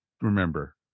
remember